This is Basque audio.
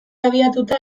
abiatuta